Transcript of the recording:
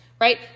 right